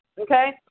Okay